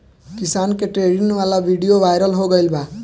किसान के ट्रेनिंग वाला विडीओ वायरल हो गईल बा